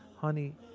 honey